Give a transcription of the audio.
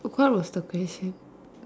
what was the question